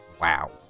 Wow